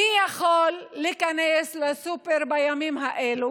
מי יכול להיכנס לסופר בימים האלה